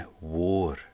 war